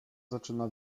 zaczyna